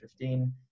2015